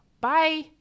Bye